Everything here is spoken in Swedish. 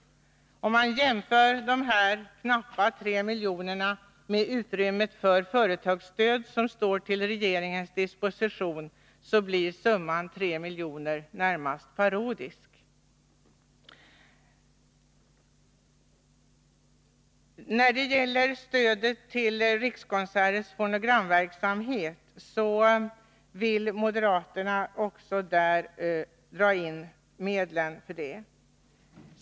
Om man jämför dessa knappa 3 milj.kr. med utrymmet för det företagsstöd, som står till regeringens disposition, blir summan 3 milj.kr. närmast parodisk. När det gäller stödet till Rikskonserters fonogramverksamhet vill moderaterna också där dra in medlen.